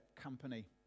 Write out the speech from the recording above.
company